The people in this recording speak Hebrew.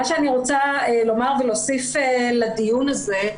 מה שאני רוצה לומר ולהוסיף לדיון הזה,